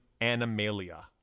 Animalia